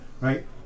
right